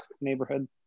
neighborhood